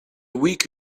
week